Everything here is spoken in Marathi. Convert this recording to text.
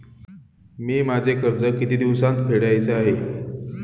मी माझे कर्ज किती दिवसांत फेडायचे आहे?